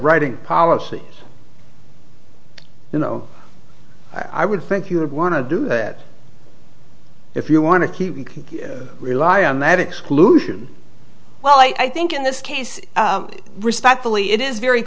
writing policy you know i would think you would want to do that if you want to keep you can rely on that exclusion well i think in this case respectfully it is very